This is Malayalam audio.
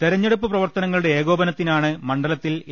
തെരഞ്ഞെടുപ്പ് പ്രവർത്തനങ്ങളുടെ ഏകോപനത്തിനാണ് മണ്ഡലത്തിൽ എ